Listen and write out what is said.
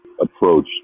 approach